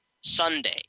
Sunday